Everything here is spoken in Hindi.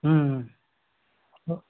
तो